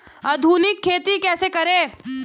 आधुनिक खेती कैसे करें?